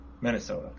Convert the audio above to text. Minnesota